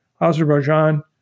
Azerbaijan